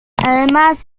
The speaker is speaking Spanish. además